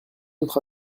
autres